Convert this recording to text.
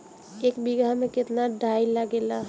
एक बिगहा में केतना डाई लागेला?